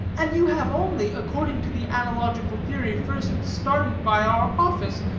and you have only, according to the analogical theory first started by our office,